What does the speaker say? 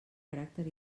caràcter